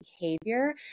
behavior